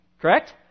Correct